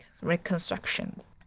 reconstructions